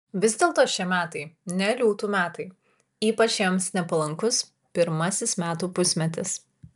vis dėlto šie metai ne liūtų metai ypač jiems nepalankus pirmasis metų pusmetis